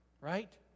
right